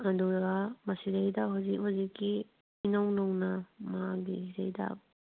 ꯑꯗꯨꯒ ꯃꯁꯤꯗꯩꯗ ꯍꯧꯖꯤꯛ ꯍꯧꯖꯤꯛꯀꯤ ꯏꯅꯧ ꯅꯧꯅ ꯃꯒꯤꯁꯤꯗꯩꯗ